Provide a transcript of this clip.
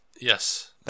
Yes